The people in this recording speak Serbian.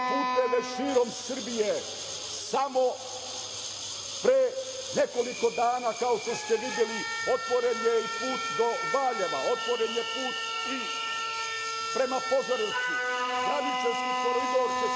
autoputeve širom Srbije. Samo pre nekoliko dana, kao što ste videli, otvoren je i put do Valjeva, otvoren je put i prema Požarevcu, Braničevski koridor